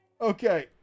Okay